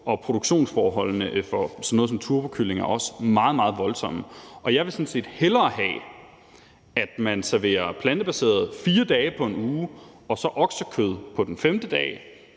Og produktionsforholdene for sådan noget som turbokyllinger er også meget, meget voldsomme. Jeg vil sådan set hellere have, at man serverer plantebaseret 4 dage på en uge og så oksekød på den femte dag,